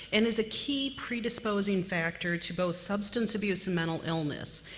and is a key predisposing factor to both substance abuse and mental illness,